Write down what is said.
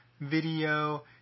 video